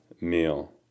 meal